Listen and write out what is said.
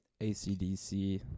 ACDC